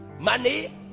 Money